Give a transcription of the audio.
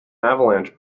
avalanche